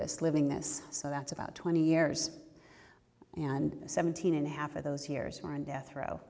this living this so that's about twenty years and seventeen and a half of those years are in death row